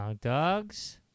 dogs